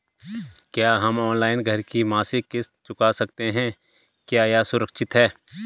क्या हम ऑनलाइन घर की मासिक किश्त चुका सकते हैं क्या यह सुरक्षित है?